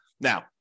Now